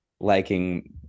liking